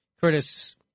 Curtis